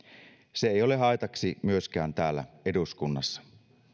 se ei ole haitaksi myöskään täällä eduskunnassa